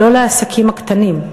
לא לעסקים הקטנים,